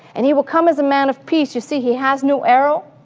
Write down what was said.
and he will come as a man of peace, you see he has no arrow?